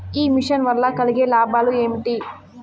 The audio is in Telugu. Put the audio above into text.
ఈ మిషన్ వల్ల కలిగే లాభాలు ఏమిటి?